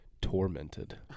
tormented